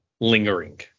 lingering